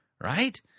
right